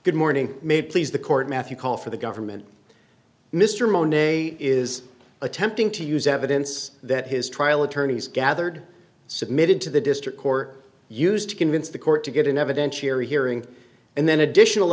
good morning made please the court mathew call for the government mr monet is attempting to use evidence that his trial attorneys gathered submitted to the district court used to convince the court to get an evidentiary hearing and then additional